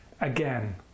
again